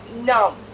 numb